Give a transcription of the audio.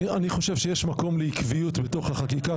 אני חושב שיש מקום לעקביות בתוך החקיקה,